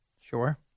Sure